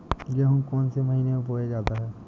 गेहूँ कौन से महीने में बोया जाता है?